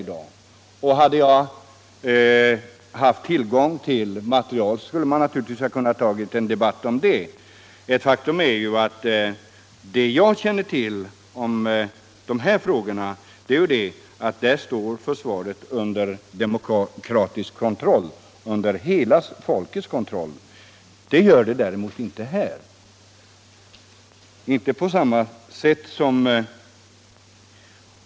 Hade jag haft tillgång till erforderligt material, hade vi naturligtvis kunnat ta upp en debatt om det nu. Faktum är, enligt vad jag känner till om de här frågorna, att ide kommunistiska länderna står försvaret under demokratisk kontroll — under hela folkets kontroll — men det gör det däremot inte här i landet på samma sätt.